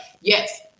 yes